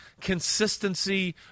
consistency